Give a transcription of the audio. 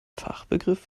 fachbegriff